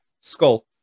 Skull